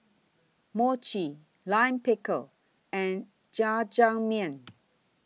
Mochi Lime Pickle and Jajangmyeon